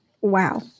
Wow